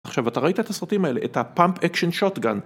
עכשיו אתה ראית את הסרטים האלה, את הפאמפ אקשן שוטגן